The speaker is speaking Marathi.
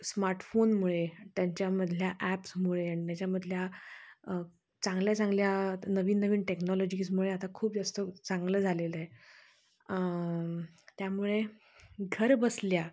स्मार्टफोनमुळे त्यांच्यामधल्या ॲप्समुळे आणि त्याच्यामधल्या चांगल्या चांगल्या नवीन नवीन टेक्नॉलॉजीजमुळे आता खूप जास्त चांगलं झालेलं आहे त्यामुळे घरबसल्या